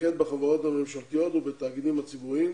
נתמקד בחברות הממשלתיות ובתאגידים הציבוריים